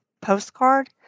postcard